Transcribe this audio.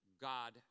God